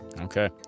Okay